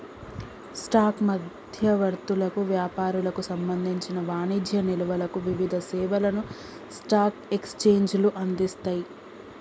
stock మధ్యవర్తులకు, వ్యాపారులకు సంబంధించిన వాణిజ్య నిల్వలకు వివిధ సేవలను స్టాక్ ఎక్స్చేంజ్లు అందిస్తయ్